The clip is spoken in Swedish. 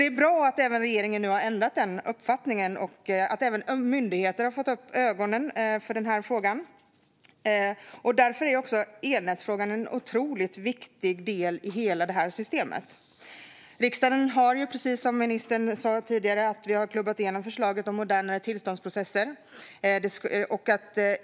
Det är därför bra att regeringen har ändrat sin uppfattning och att även myndigheter har fått upp ögonen för frågan. Elnätsfrågan är otroligt viktig i hela detta system. Som ministern tog upp tidigare har riksdagen klubbat igenom ett förslag om modernare tillståndsprocesser.